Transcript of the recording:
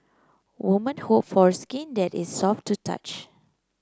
women hope for skin that is soft to touch